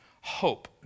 hope